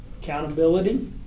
Accountability